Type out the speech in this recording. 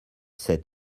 sept